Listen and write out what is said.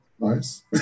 Nice